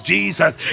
Jesus